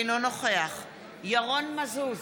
אינו נוכח ירון מזוז,